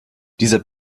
dieser